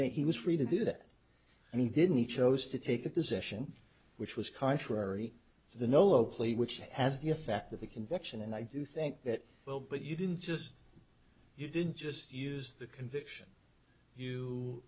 me he was free to do that and he didn't each owes to take a position which was contrary to the nolo plea which has the effect of the conviction and i do think that well but you didn't just you didn't just use the conviction you